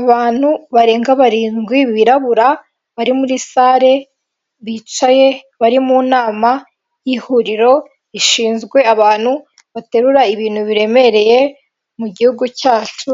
Abantu barenga barindwi birabura, bari muri sale, bicaye, bari mu nama y'ihuriro rishinzwe abantu baterura ibintu biremereye, mu gihugu cyacu